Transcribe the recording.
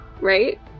right